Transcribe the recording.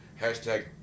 hashtag